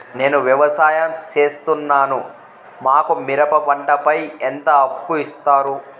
నేను వ్యవసాయం సేస్తున్నాను, మాకు మిరప పంటపై ఎంత అప్పు ఇస్తారు